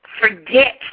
forget